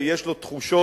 יש לו תחושות,